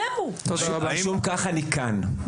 לשם כך אני כאן.